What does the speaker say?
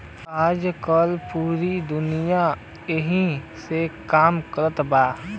आजकल पूरी दुनिया ऐही से काम कारत बा